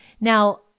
Now